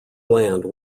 land